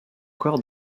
corps